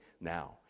now